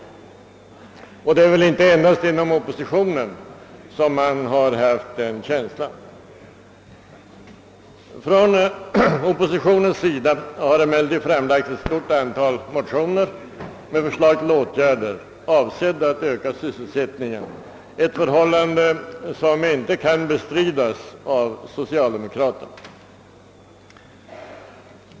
Den känslan har väl inte endast funnits inom oppositionspartierna, även om vi har väckt ett stort antal motioner med förslag till sysselsättningsfrämjande åtgärder — ett förhållande som inte kan bestridas av socialdemokraterna.